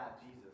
Jesus